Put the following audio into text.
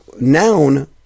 noun